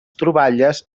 troballes